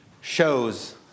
shows